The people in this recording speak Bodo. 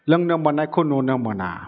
लोंनो मोन्नायखौ नुनो मोना